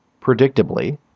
predictably